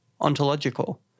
ontological